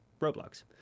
Roblox